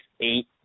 eight